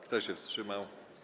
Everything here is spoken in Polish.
Kto się wstrzymał?